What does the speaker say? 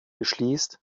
beschließt